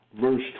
verse